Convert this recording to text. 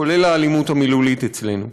כולל האלימות המילולית אצלנו.